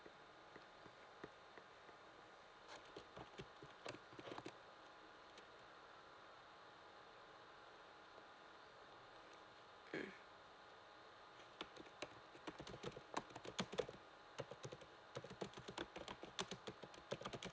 mm